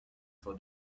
for